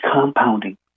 compounding